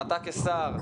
אתה כשר,